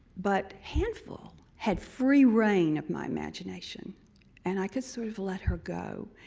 but handful had free reign of my imagination and i could sort of let her go.